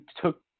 took